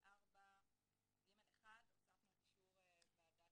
ב-24 השעות האחרונות.